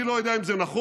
אני לא יודע אם זה נכון,